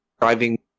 driving